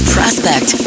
Prospect